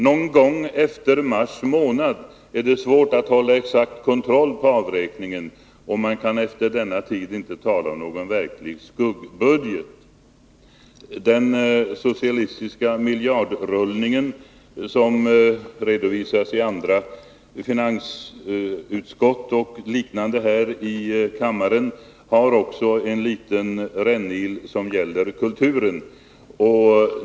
Någon gång efter mars månad är det svårt att hålla exakt kontroll på avräkningen och man kan efter denna tid inte tala om någon verklig ”skuggbudget'.” Den socialistiska miljardrullningen, som här i kammaren redovisats i betänkanden från bl.a. finansutskottet, har också en liten rännil som gäller kulturen.